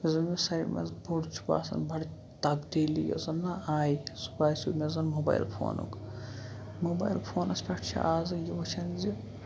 زَمیٖن سایڈٕ منٛز بوٚڑ چھُ باسان بَڑٕ تَبدیٖلی یۄس زَن نَہ آیہِ یہِ باسیو مےٚ زَن موبایل فونُک موبایل فونَس پٮ۪ٹھ چھِ آز یہِ وٕچھان زِ